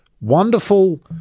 wonderful